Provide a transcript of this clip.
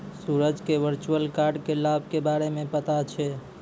सूरज क virtual card क लाभ के बारे मे पता छै